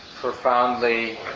profoundly